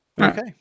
okay